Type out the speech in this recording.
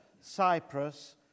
Cyprus